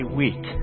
week